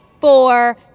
four